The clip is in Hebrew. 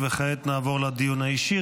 כעת נעבור לדיון האישי.